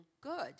good